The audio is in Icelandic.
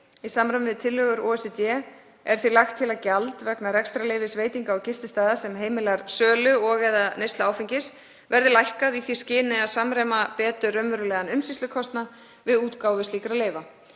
Í samræmi við tillögur OECD er því lagt til að gjald vegna rekstrarleyfis veitinga- og gististaða sem heimilar sölu og/eða neyslu áfengis verði lækkað í því skyni að samræma betur raunverulegan umsýslukostnað við útgáfu slíkra leyfa.